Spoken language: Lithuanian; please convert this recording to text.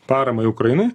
paramai ukrainai